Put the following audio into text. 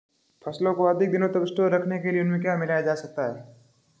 फसलों को अधिक दिनों तक स्टोर करने के लिए उनमें क्या मिलाया जा सकता है?